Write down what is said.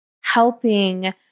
helping